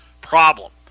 problem